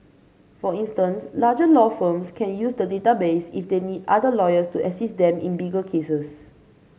for instance larger law firms can use the database if they need other lawyers to assist them in bigger cases